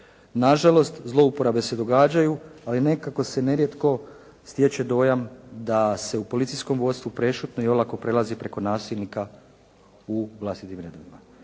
Na žalost, zlouporabe se događaju, ali nekako se nerijetko stječe dojam da se u policijskom vodstvu prešutno i olako prelazi preko nasilnika u vlastitim redovima.